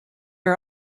are